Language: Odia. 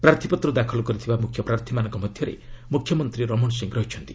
ପ୍ରାର୍ଥୀପତ୍ର ଦାଖଲ କରିଥିବା ମୁଖ୍ୟ ପ୍ରାର୍ଥୀମାନଙ୍କ ମଧ୍ୟରେ ମୁଖ୍ୟମନ୍ତ୍ରୀ ରମଣ ସି ଅଛନ୍ତି